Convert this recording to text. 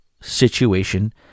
situation